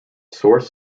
source